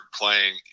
playing